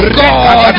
God